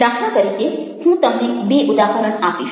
દાખલા તરીકે હું તમને બે ઉદાહરણ આપીશ